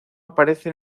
aparece